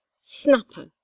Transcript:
Snapper